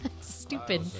stupid